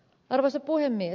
arvoisa puhemies